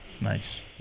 Nice